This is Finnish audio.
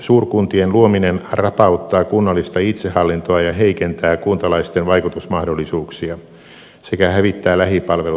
suurkuntien luominen rapauttaa kunnallista itsehallintoa ja heikentää kuntalaisten vaikutusmahdollisuuksia sekä hävittää lähipalvelut maaseudulta